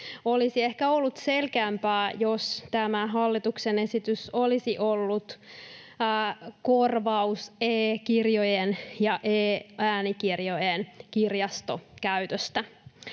olisi ehkä ollut selkeämpää, jos tämä hallituksen esitys olisi ollut korvaus e-kirjojen ja e-äänikirjojen kirjastokäytöstä.